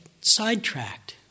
sidetracked